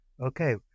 Okay